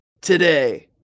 Today